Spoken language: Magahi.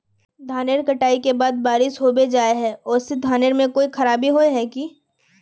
धानेर कटाई के बाद बारिश होबे जाए है ओ से धानेर में कोई खराबी होबे है की?